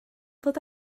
ddod